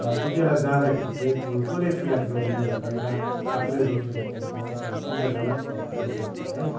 र त्यतिबेला जाँदाखेरि चाहिँ फुल कसले चाहिँ याद गरिदिने भन्ने एउटा आफूले रोपेको फुलको एउटा चिन्ताजनक विषय हुन्छ है